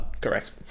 Correct